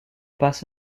passe